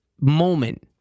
moment